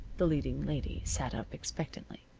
the leading lady sat up expectantly.